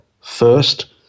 first